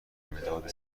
مداد